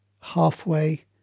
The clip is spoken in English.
halfway